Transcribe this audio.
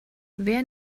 wer